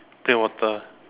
plain water